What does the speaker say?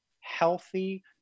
healthy